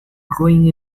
growing